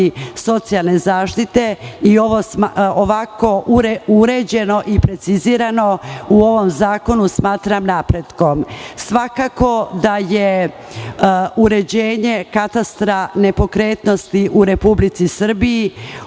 socijalne zaštite i ovako uređeno i precizirano u ovom zakonu smatram napretkom. Svakako da je uređenje katastra nepokretnosti u Republici Srbiji,